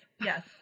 yes